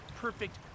perfect